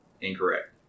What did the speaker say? Incorrect